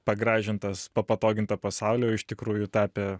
pagražintas pa patogintą pasaulį o iš tikrųjų tapę